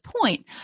point